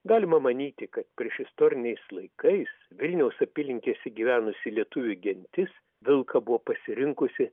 galima manyti kad priešistoriniais laikais vilniaus apylinkėse gyvenusi lietuvių gentis vilką buvo pasirinkusi